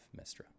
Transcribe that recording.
Mistra